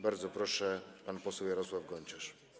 Bardzo proszę, pan poseł Jarosław Gonciarz.